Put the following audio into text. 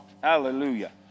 Hallelujah